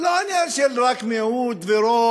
זה לא עניין רק של מיעוט ורוב